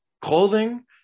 clothing